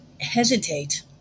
hesitate